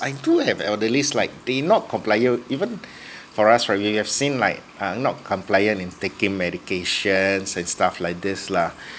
I do have elderly like they not compliant even for us right you you have seen like uh not compliant in taking medications and stuff like this lah